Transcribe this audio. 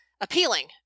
appealing